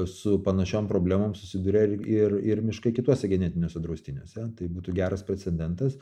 su panašiom problemom susiduria ir ir miškai kituose genetiniuose draustiniuose tai būtų geras precedentas